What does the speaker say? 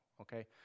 Okay